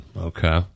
Okay